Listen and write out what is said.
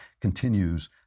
continues